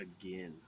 again